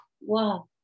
Wow